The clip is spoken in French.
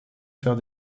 faire